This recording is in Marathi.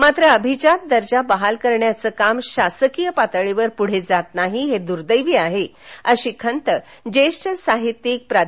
मात्र अभिजात दर्जा बहाल करण्याचे काम शासकीय पातळीवर पुढे जात नाही हे दुर्दैवी आहे अशी खंत ज्येष्ठ साहित्यिक प्रा